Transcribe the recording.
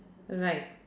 right